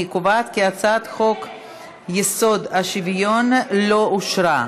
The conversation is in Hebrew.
אני קובעת כי הצעת חוק-יסוד: השוויון לא אושרה.